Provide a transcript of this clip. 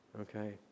okay